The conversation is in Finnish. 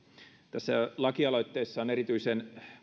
tässä lakialoitteessa on erityisen